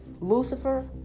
Lucifer